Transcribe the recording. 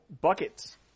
buckets